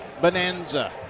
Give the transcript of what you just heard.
bonanza